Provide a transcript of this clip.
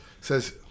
says